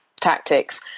tactics